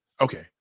okay